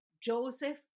Joseph